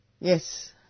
Yes